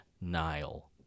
Nile